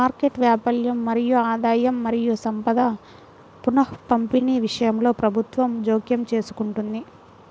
market వైఫల్యం మరియు ఆదాయం మరియు సంపద పునఃపంపిణీ విషయంలో ప్రభుత్వం జోక్యం చేసుకుంటుంది